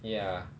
ya